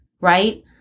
Right